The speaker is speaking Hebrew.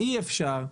אי אפשר,